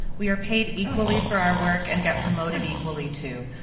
we are paid equally for our work and get promoted equally too.